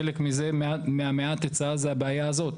חלק מזה, מהמעט ההיצע הזה, זו הבעיה הזו.